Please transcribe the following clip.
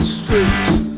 streets